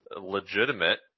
legitimate